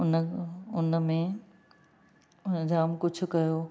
उन उन में मां जाम कुझु कयो